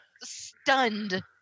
stunned